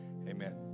amen